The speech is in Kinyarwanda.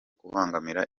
kubangamira